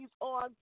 on